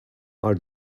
are